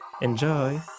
Enjoy